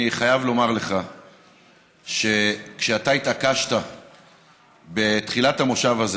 אני חייב לומר לך שכשאתה התעקשת בתחילת המושב הזה,